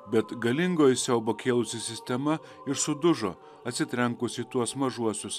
bet galingoji siaubą kėlusi sistema ir sudužo atsitrenkus į tuos mažuosius